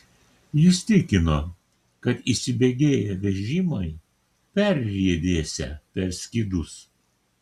jis tikino kad įsibėgėję vežimai perriedėsią per skydus